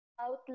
outline